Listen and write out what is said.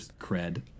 cred